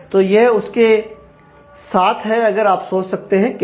तो यह उसके साथ है अगर आप सोच सकते हैं कैसे